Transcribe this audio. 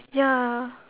ya